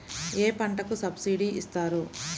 ఏ పంటకు సబ్సిడీ ఇస్తారు?